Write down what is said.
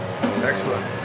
excellent